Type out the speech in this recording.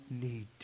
need